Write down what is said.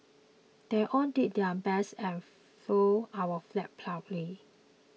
they all did their best and flew our flag proudly